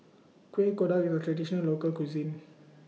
Kueh Kodok IS A Traditional Local Cuisine